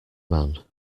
man